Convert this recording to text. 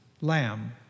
lamb